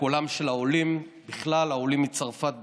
קולם של העולים בכלל והעולים מצרפת בפרט,